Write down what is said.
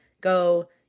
go –